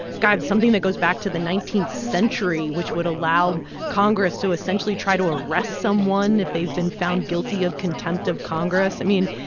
god, something that goes back to the nineteenth century which would allow congress to essentially try to arrest someone if they've been found guilty of contempt of congress i mean,